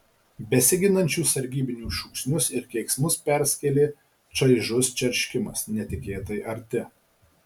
besiginančių sargybinių šūksnius ir keiksmus perskėlė čaižus čerškimas netikėtai arti